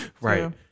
Right